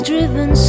driven